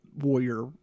warrior